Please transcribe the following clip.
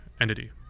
entity